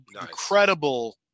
Incredible